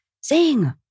sing